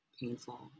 painful